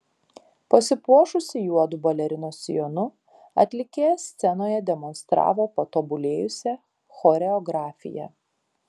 pasipuošusi juodu balerinos sijonu atlikėja scenoje demonstravo patobulėjusią choreografiją